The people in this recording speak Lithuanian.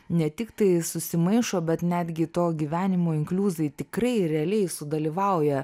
ne tiktai susimaišo bet netgi to gyvenimo inkliuzai tikrai realiai sudalyvauja